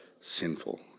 sinful